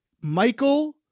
Michael